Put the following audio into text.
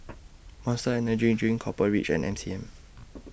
Monster Energy Drink Copper Ridge and M C M